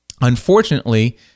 unfortunately